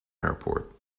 airport